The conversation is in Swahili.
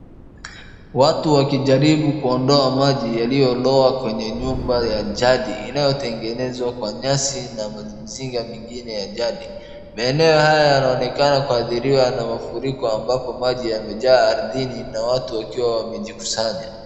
Watu wakijaribu kuondoa maji yaliyo loa kwenye nyumba ya jadi inayotengenezwa kwa nyasi na mazinga zingine ya jadi. Maeneo haya yanaonekana kuadhiriwa na mafuriko ambapo maji yamejaa ardhini na watu wakiwa wamejikusanya.